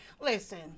Listen